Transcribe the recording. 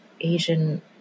Asian